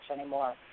anymore